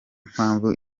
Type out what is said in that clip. mpamvu